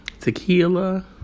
tequila